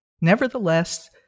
Nevertheless